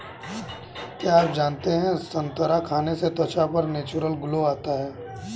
क्या आप जानते है संतरा खाने से त्वचा पर नेचुरल ग्लो आता है?